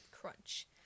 crunch